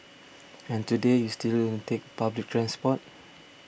and today you still take public transport